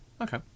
okay